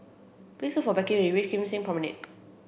please for Becky when you reach Kim Seng Promenade